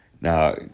Now